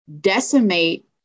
decimate